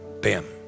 bam